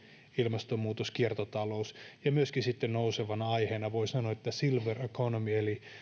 ilmastonmuutos kiertotalous ja myöskin sitten nousevana aiheena voi sanoa silver economy